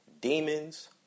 Demons